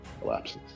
collapses